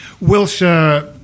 Wilshire